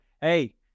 Hey